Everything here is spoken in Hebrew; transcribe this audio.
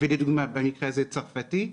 ולדוגמה במקרה הזה צרפתי,